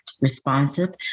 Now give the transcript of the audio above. responsive